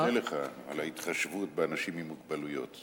אני מודה לך על ההתחשבות באנשים עם מוגבלויות.